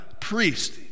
priest